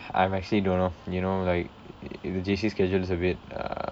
I am actually don't know you know like J_C schedules is a bit uh